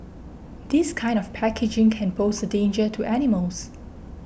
this kind of packaging can pose a danger to animals